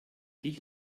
dich